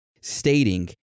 stating